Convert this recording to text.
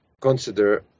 consider